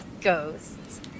ghosts